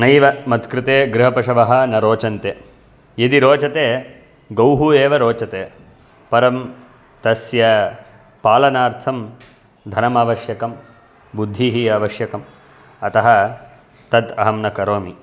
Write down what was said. नैव मत्कृते गृहपशवः न रोचन्ते यदि रोचते गौः एव रोचते परं तस्य पालनार्थं धनम् आवश्यकं बुद्धिः आवश्यकम् अतः तत् अहं न करोमि